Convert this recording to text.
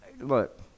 Look